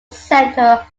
center